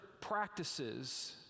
practices